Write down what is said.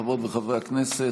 חברות וחברי הכנסת,